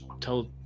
tell